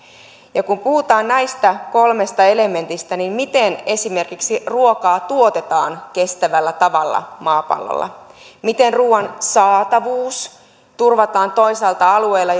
ja kun puhutaan näistä kolmesta elementistä niin miten esimerkiksi ruokaa tuotetaan kestävällä tavalla maapallolla miten ruuan saatavuus turvataan alueilla